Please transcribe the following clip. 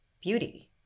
beauty